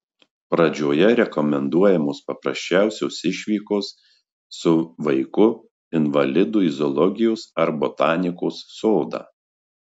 pradžioje rekomenduojamos paprasčiausios išvykos su vaiku invalidu į zoologijos ar botanikos sodą